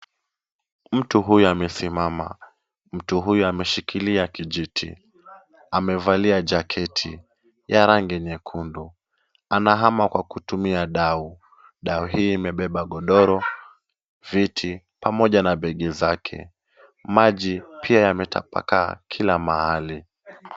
Mtu huyu amesimama, mtu huyu ameshikilia kijiti. Amevalia jaketi ya rangi nyekundu. Anahama kwa kutumia dau, dau hii imebeba godoro, viti pamoja na begi zake. Maji pia yametapakaa kila mahali.